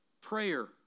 prayer